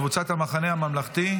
קבוצת המחנה הממלכתי?